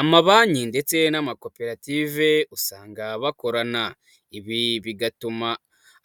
Amabanki ndetse n'amakoperative usanga bakorana, ibi bigatuma